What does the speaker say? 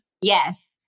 Yes